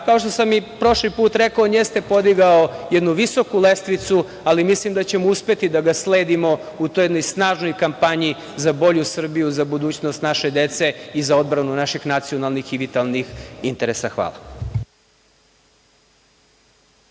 što sam i prošli put rekao, on jeste podigao jednu visoku lestvicu, ali mislim da ćemo uspeti da ga sledimo u jednoj snažnoj kampanji za bolju Srbiju, za budućnost naše dece i za odbranu naših nacionalnih i vitalnih interesa. Hvala.